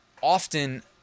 often